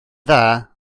dda